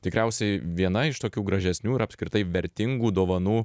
tikriausiai viena iš tokių gražesnių ir apskritai vertingų dovanų